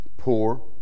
Poor